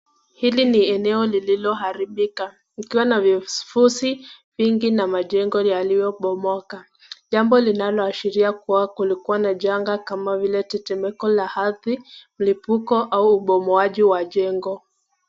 Hili ni eneo liloharibika ikiwa na vifusi mingi na majengo yaliyobomoka , jambo linaloashiria kuwa kulikuwa na janga kama vile; tetemeko la ardhi ,mlipuko au ubomoaji wa jengo.